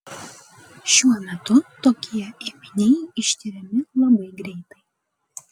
šiuo metu tokie ėminiai ištiriami labai greitai